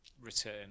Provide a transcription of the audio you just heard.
return